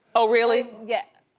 oh really? yeah.